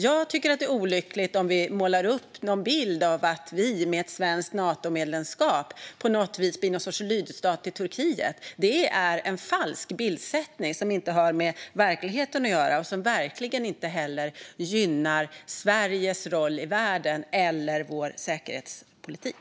Jag tycker att det vore olyckligt om vi målade upp en bild av att vi med ett svenskt Natomedlemskap på något vis skulle bli en sorts lydstat till Turkiet. Det är en falsk bild som inte har med verkligheten att göra och som verkligen inte gynnar Sveriges roll i världen eller vår säkerhetspolitik.